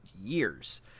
years